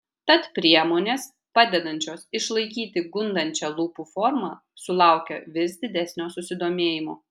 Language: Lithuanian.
tad priemonės padedančios išlaikyti gundančią lūpų formą sulaukia vis didesnio susidomėjimo